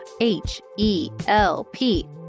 H-E-L-P